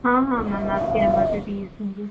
हाँ हाँ मैम आपके नम्बर पर भेज़ दूँगी